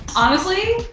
honestly,